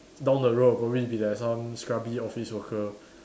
down the road I'll probably be like some scrubby office worker